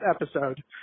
episode